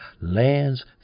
lands